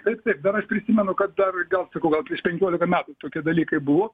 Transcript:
taip taip dar aš prisimenu kad dar gal sakau gal prieš penkiolika metų tokie dalykai buvo